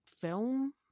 film